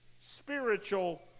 spiritual